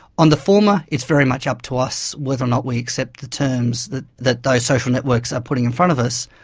on the former it's very much up to us whether or not we accept the terms that those social networks are putting in front of us.